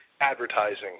Advertising